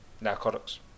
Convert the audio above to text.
narcotics